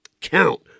count